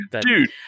Dude